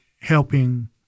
helping